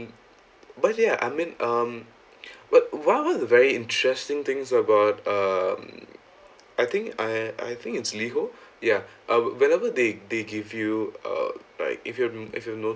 but ya I mean um but what what're the very interesting things about um I think I I think it's liho ya uh whenever they they give you uh like if you no~ if you